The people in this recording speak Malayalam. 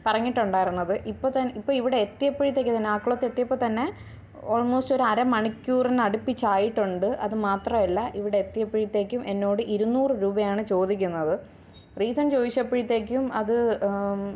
പറഞ്ഞിട്ടുണ്ടായിരുന്നത് ഇപ്പോൾ ഇവിടെ എത്തിയപ്പോഴത്തേക്കുതന്നെ ആക്കുളത്ത് എത്തിയപ്പോൾത്തന്നെ ഓൾമോസ്റ്റ് ഒരു അരമണക്കൂറിന് അടുപ്പിച്ച് ആയിട്ടുണ്ട് അത് മാത്രമല്ല ഇവിടെ എത്തിയപ്പോഴത്തേക്കും എന്നോട് ഇരുന്നൂറ് രൂപയാണ് ചോദിക്കുന്നത് റീസൺ ചോദിച്ചപ്പോഴത്തേക്കും അത്